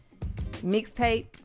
mixtape